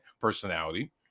personality